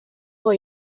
vor